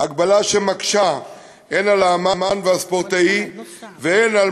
הגבלה שמקשה הן על האמן והספורטאי והן על